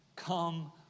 come